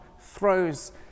throws